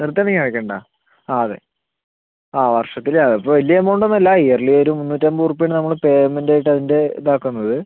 നിർത്തണമെങ്കിൽ അയക്കണ്ട ആ അതെ ആ വർഷത്തില് അപ്പം വലിയ എമൗണ്ട് ഒന്നും അല്ല ഇയർലി ഒര് മൂന്നൂറ്റമ്പത് രൂപ ആണ് നമ്മള് പേയ്മെൻറ്റ് ആയിട്ട് അതിൻ്റ ഇതാക്കുന്നത്